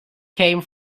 came